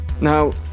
Now